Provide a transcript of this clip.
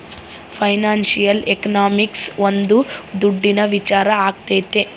financial economics ಒಂದ್ ದುಡ್ಡಿನ ವಿಚಾರ ಆಗೈತೆ